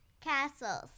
castles